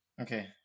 Okay